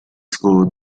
school